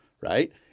right